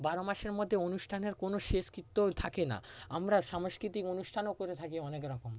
বারো মাসের মধ্যে অনুষ্ঠানের কোনো শেষকৃত্যও থাকে না আমরা সাংস্কৃতিক অনুষ্ঠানও করে থাকি অনেক রকম